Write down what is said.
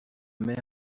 mère